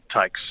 takes